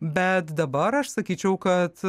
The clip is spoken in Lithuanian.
bet dabar aš sakyčiau kad